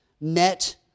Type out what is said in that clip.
met